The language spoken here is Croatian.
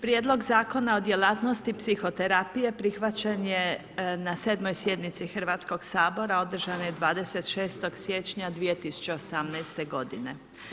Prijedlog Zakona o djelatnosti psihoterapije prihvaćen je na 7. sjednici Hrvatskog sabora održanoj 26. siječnja 2018. godine.